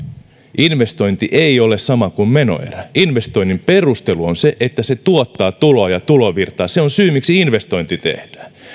investointi ei ole sama kuin menoerä investoinnin perustelu on se että se tuottaa tuloja tulovirtaan se on syy miksi investointi tehdään